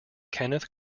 kenneth